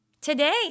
today